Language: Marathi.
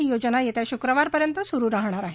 ही योजना येत्या शुक्रवारपर्यंत सुरु राहणार आहे